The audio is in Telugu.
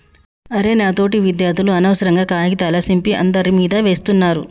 అరె నా తోటి విద్యార్థులు అనవసరంగా కాగితాల సింపి అందరి మీదా వేస్తున్నారు